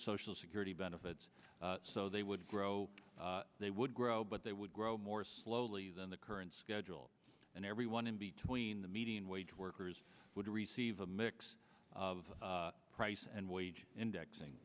social security benefits so they would grow they would grow but they would grow more slowly than the current schedule and everyone in between the median wage workers would receive a mix of price and wage indexing